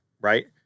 right